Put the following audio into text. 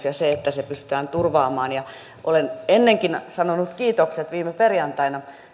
ja se että se pystytään turvaamaan olen ennenkin sanonut kiitokset viime perjantaina